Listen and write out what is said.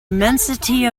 immensity